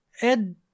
Ed